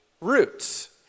roots